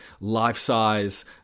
life-size